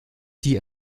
die